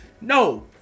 No